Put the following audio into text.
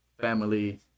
family